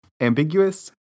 ambiguous